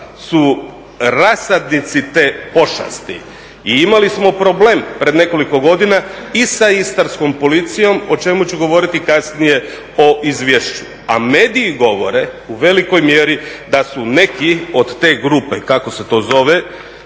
su rasadnici te pošasti i imali smo problem pred nekoliko godina i sa Istarskom policijom o čemu ću govoriti kasnije o izvješću. A mediji govore u velikoj mjeri da su neki od te grupe, kako se to zove,